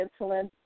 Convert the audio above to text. insulin